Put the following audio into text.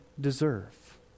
deserve